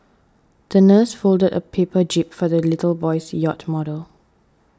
the nurse folded a paper jib for the little boy's yacht model